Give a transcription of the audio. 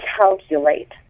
calculate